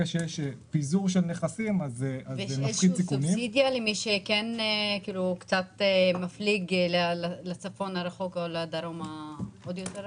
יש איזו סובסידיה למי שקצת מפליג לצפון הרחוק או לדרום העוד יותר רחוק?